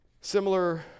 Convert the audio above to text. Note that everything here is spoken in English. Similar